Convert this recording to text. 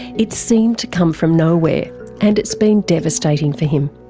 it seemed to come from nowhere and it's been devastating for him.